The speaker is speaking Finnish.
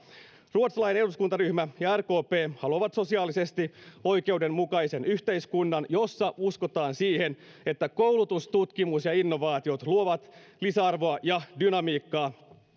ruotsalainen eduskuntaryhmä ja rkp haluavat sosiaalisesti oikeudenmukaisen yhteiskunnan jossa uskotaan siihen että koulutus tutkimus ja innovaatiot luovat lisäarvoa ja dynamiikkaa